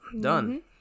done